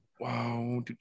wow